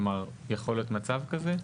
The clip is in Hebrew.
כלומר, יכול להיות מצב כזה?